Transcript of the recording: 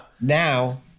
Now